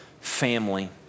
family